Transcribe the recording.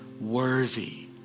worthy